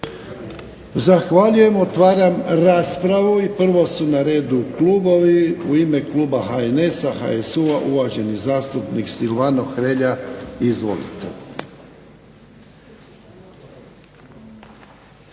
Zahvaljujemo. Otvaram raspravu. I prvo su na redu klubovi. U ime kluba HNS-a, HSU-a uvaženi zastupnik Silvano Hrelja. Izvolite.